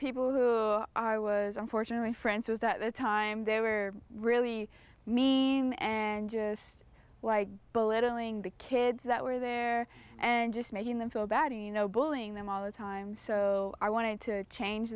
people who i was unfortunately friends with that time they were really mean and just like belittling the kids that were there and just making them feel bad you know bulling them all the time so i wanted to change